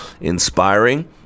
Inspiring